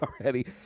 already